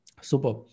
Super